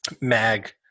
mag